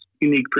unique